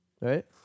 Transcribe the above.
right